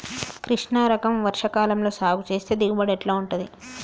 కృష్ణ రకం వర్ష కాలం లో సాగు చేస్తే దిగుబడి ఎట్లా ఉంటది?